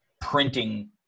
printing